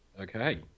Okay